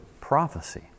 prophecy